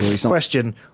Question